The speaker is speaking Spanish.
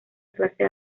clase